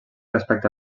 respecte